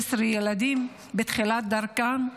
12 ילדים בתחילת דרכם?